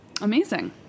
Amazing